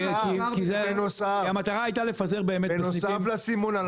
כי המטרה הייתה לפזר באמת --- בנוסף לסימון.